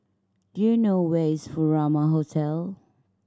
do you know where is Furama Hotel